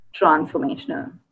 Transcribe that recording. transformational